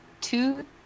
Two